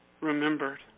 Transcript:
Remembered